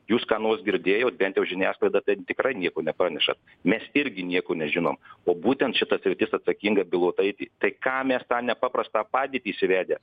jūs ką nors girdėjot bent jau žiniasklaida ten tikrai nieko nepraneša mes irgi nieko nežinom o būtent šita sritis atsakinga bilotaitė tai ką mes tą nepaprastą padėtį įsivedę